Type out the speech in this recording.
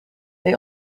they